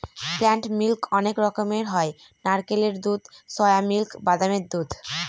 plant milk অনেক রকমের হয় নারকেলের দুধ, সোয়া মিল্ক, বাদামের দুধ